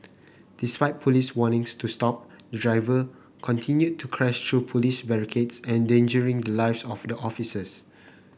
despite Police warnings to stop the driver continued to crash through Police barricades endangering the lives of the officers